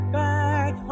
back